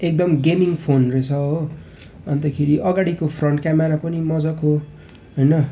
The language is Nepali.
एकदम गेमिङ फोन रहेछ हो अन्तखेरि अगाडिको फ्रन्ट क्यामरा पनि मजाको होइन